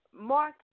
Mark